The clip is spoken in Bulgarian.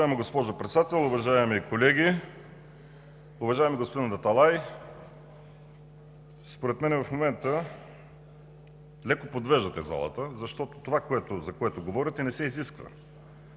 Уважаема госпожо Председател, уважаеми колеги! Уважаеми господин Аталай, според мен в момента леко подвеждате залата, защото това, за което говорите, не се изисква.